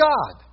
God